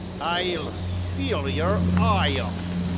i'll fill yer eye up.